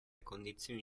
condizioni